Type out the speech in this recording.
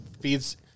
feeds